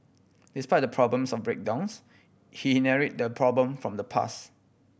despite the problems of breakdowns he inherit the problem from the pass